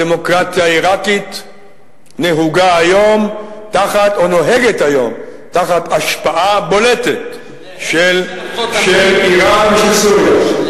הדמוקרטיה העירקית נוהגת היום תחת השפעה בולטת של אירן ושל סוריה.